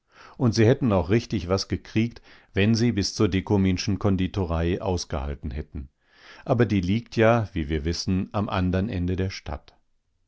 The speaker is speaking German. und sie hätten auch richtig was gekriegt wenn sie bis zur dekominschen konditorei ausgehalten hätten aber die liegt ja wie wir wissen am andern ende der stadt